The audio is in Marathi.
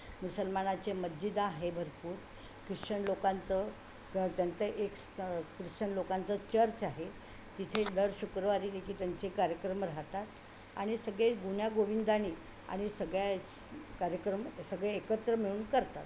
मुसलमानाचे मज्जिद आहे भरपूर ख्रिश्चन लोकांचं त्यांचं एक ख्रिश्चन लोकांचं चर्च आहे तिथे दर शुक्रवारी काय की त्यांचे कार्यक्रम राहतात आणि सगळे गुण्यागोविंदाने आणि सगळ्या कार्यक्रम सगळे एकत्र मिळून करतात